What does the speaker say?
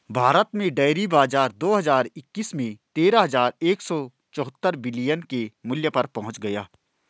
भारत में डेयरी बाजार दो हज़ार इक्कीस में तेरह हज़ार एक सौ चौहत्तर बिलियन के मूल्य पर पहुंच गया